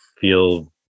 feel